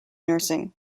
nursing